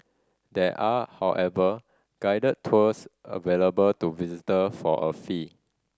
there are however guided tours available to visitor for a fee